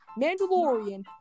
Mandalorian